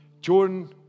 Jordan